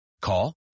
Call